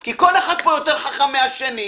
כי כל אחד יותר חכם מהשני.